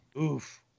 Oof